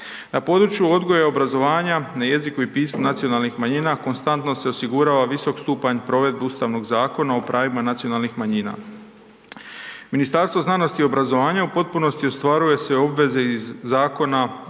Na području odgoja i obrazovanja, na jeziku i pismu nacionalnih manjina konstantno se osigurao visok stupanj provedbe Ustavnog zakona o pravima nacionalnih manjina. Ministarstvo znanosti i obrazovanja u potpunosti ostvaruje sve obveze iz Zakona